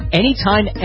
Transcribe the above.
anytime